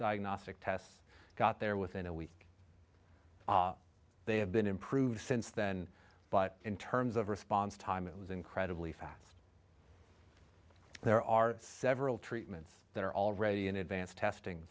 diagnostic tests got there within a week they have been improved since then but in terms of response time it was incredibly fast there are several treatments that are already in advanced testing